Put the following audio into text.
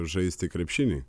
žaisti krepšinį